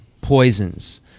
poisons